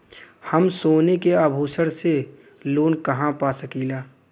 हम सोने के आभूषण से लोन कहा पा सकीला?